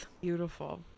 beautiful